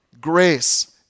grace